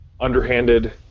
underhanded